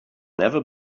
never